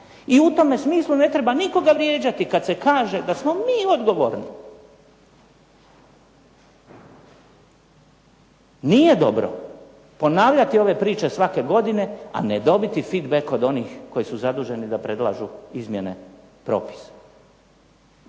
I u tome smislu ne treba nikoga vrijeđati kad se kaže da smo mi odgovorni. Nije dobro ponavljati ove priče svake godine a ne dobiti feed back od onih koji su zaduženi da predlažu izmjene propisa.